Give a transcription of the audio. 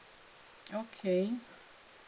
okay